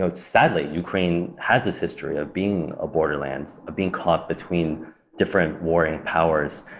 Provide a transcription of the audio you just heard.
ah sadly, ukraine has this history of being a borderlands, of being caught between different warring powers.